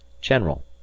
general